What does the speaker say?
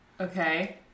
Okay